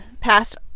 past